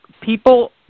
people